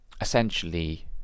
essentially